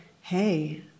hey